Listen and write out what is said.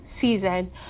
season